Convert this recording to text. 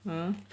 !huh!